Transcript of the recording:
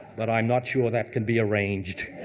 but i'm not sure that can be arranged.